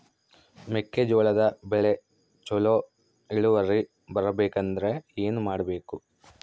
ಮೆಕ್ಕೆಜೋಳದ ಬೆಳೆ ಚೊಲೊ ಇಳುವರಿ ಬರಬೇಕಂದ್ರೆ ಏನು ಮಾಡಬೇಕು?